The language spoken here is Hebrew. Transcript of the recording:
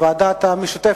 ולוועדת העלייה,